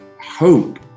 hope